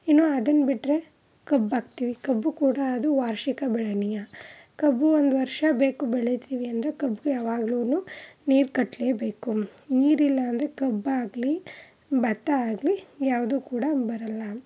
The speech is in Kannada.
ಇನ್ನು ಅದನ್ನು ಬಿಟ್ಟರೆ ಕಬ್ಬು ಹಾಕ್ತೀವಿ ಕಬ್ಬು ಕೂಡ ಅದು ವಾರ್ಷಿಕ ಬೆಳೆನೇ ಕಬ್ಬು ಒಂದು ವರ್ಷ ಬೇಕು ಬೆಳೀತೀವಿ ಅಂದರೆ ಕಬ್ಬಿಗೆ ಯಾವಾಗ್ಲೂ ನೀರು ಕಟ್ಟಲೇ ಬೇಕು ನೀರಿಲ್ಲ ಅಂದರೆ ಕಬ್ಬಾಗಲಿ ಭತ್ತ ಆಗಲಿ ಯಾವುದೂ ಕೂಡ ಬರಲ್ಲ